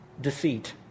deceit